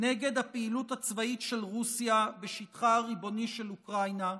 נגד הפעילות הצבאית של רוסיה בשטחה הריבוני של אוקראינה,